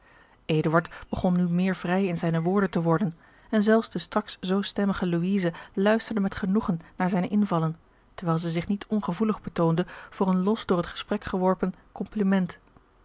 begon nu meer vrij in zijne woorden te worden en zelfs de straks zoo stemmige louise luisterde met genoegen naar zijne invallen terwijl zij zich niet ongevoelig betoonde voor een los door het gesprek geworpen compliment